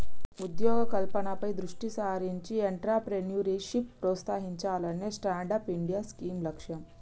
ఉద్యోగ కల్పనపై దృష్టి సారించి ఎంట్రప్రెన్యూర్షిప్ ప్రోత్సహించాలనే స్టాండప్ ఇండియా స్కీమ్ లక్ష్యం